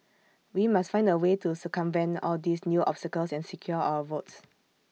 we must find A way to circumvent all these new obstacles and secure our votes